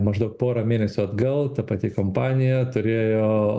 maždaug porą mėnesių atgal ta pati kompanija turėjo